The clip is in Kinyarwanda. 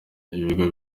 ibigo